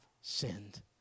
sinned